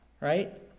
right